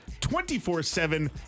24-7